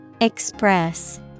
Express